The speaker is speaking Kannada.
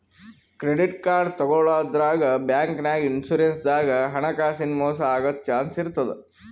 ಕ್ರೆಡಿಟ್ ಕಾರ್ಡ್ ತಗೋಳಾದ್ರಾಗ್, ಬ್ಯಾಂಕ್ನಾಗ್, ಇನ್ಶೂರೆನ್ಸ್ ದಾಗ್ ಹಣಕಾಸಿನ್ ಮೋಸ್ ಆಗದ್ ಚಾನ್ಸ್ ಇರ್ತದ್